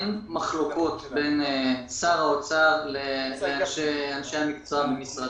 אין מחלוקות בין שר האוצר לאנשי המקצוע במשרדו.